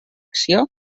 acció